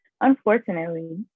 unfortunately